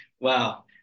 Wow